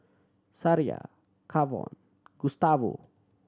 Sariah Kavon Gustavo